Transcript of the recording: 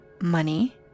money